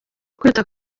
kwita